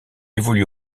évolue